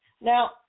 Now